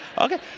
Okay